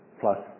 plus